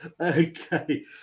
Okay